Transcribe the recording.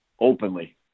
openly